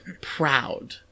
proud